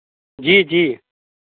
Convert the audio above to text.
जी जी